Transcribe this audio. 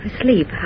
Asleep